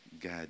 God